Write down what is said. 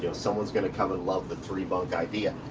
you know someone's gonna come and love the three bunk idea.